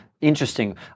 Interesting